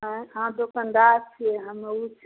अँए हँ दोकानदार छिए हमहूँ